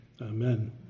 Amen